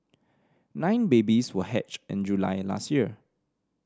nine babies were hatched in July last year